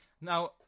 Now